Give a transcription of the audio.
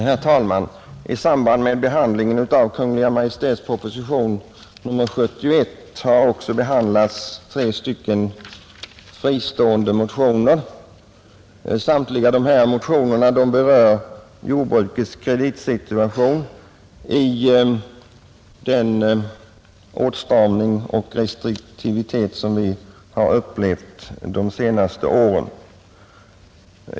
Herr talman! I samband med behandlingen av Kungl. Maj:ts proposition nr 71 har utskottet också behandlat tre fristående motioner, som samtliga berör jordbrukets kreditsituation i den åtstramning och restriktivitet som vi har upplevt under de senaste åren.